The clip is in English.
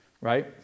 right